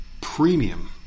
premium